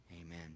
Amen